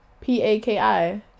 p-a-k-i